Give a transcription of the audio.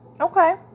okay